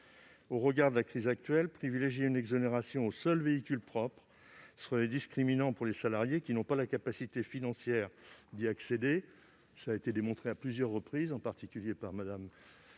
Au regard de la crise actuelle, privilégier une exonération destinée aux seuls véhicules propres serait discriminant pour les salariés qui n'ont pas la capacité financière d'y accéder ; cela a été démontré à plusieurs reprises, en particulier par Mme Lavarde